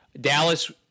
Dallas